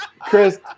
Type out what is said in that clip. Chris